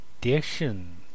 addition